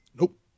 Nope